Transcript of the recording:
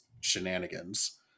shenanigans